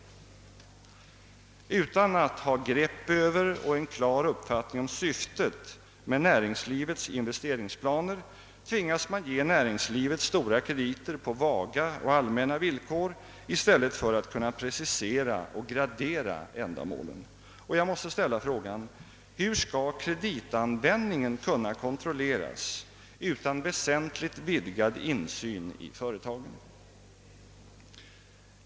Om man inte har grepp över och en klar uppfattning om syftet med näringslivets investeringsplaner tvingas man ge näringslivet stora krediter på vaga och allmänna villkor i stället för att kunna precisera och gradera ändamålen. Och jag måste ställa frågan: Hur skall kreditanvändningen kunna kontrolleras utan väsentligt vidgad insyn i företagen?